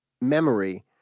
memory